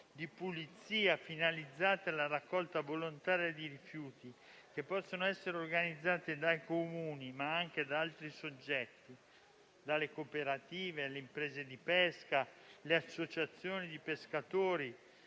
di pulizia finalizzate alla raccolta volontaria di rifiuti che possono essere organizzate dai Comuni, ma anche da altri soggetti (dalle cooperative alle imprese di pesca, le associazioni di pescatori,